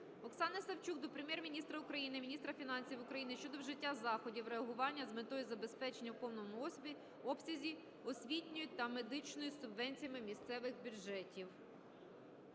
Оксани Савчук до Прем'єр-міністра України, міністра фінансів України щодо вжиття заходів реагування з метою забезпечення у повному обсязі освітньою та медичною субвенціями місцевих бюджетів.